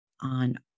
on